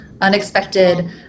unexpected